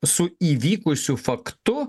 su įvykusiu faktu